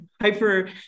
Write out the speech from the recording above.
hyper